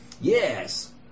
Yes